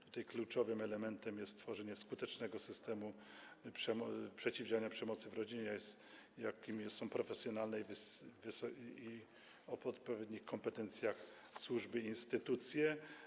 Tutaj kluczowym elementem jest tworzenie skutecznego systemu przeciwdziałania przemocy w rodzinie, jakim są profesjonalne i o odpowiednich kompetencjach służby i instytucje.